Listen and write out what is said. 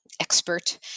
expert